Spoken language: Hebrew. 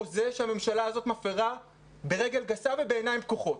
חוזה שהממשלה הזאת מפרה ברגל גסה ובעיניים פקוחות.